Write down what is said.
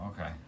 okay